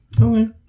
okay